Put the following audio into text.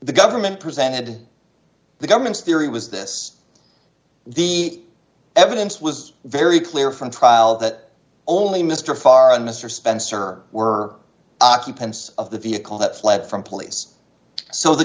the government presented the government's theory was this the evidence was very clear from trial that only mr far and mr spencer were occupants of the vehicle that fled from police so the